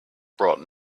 brought